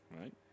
Right